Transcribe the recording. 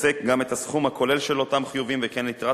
בדוח יפרט עוסק גם את הסכום הכולל של אותם חיובים וכן את יתרת